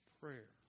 prayer